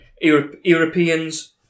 Europeans